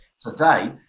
today